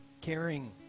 caring